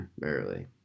Barely